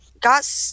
got